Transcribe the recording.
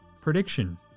prediction